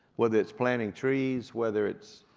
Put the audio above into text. whether it's planting trees, whether it's